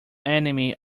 enemy